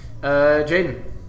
Jaden